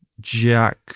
Jack